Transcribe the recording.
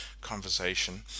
conversation